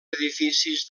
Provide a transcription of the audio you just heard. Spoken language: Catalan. edificis